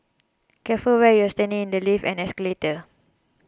careful where you're standing in the lifts and escalators